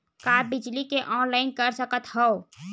का बिजली के ऑनलाइन कर सकत हव?